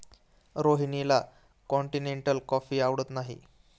रोहिणीला continental coffee आवडत नाही